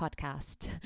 podcast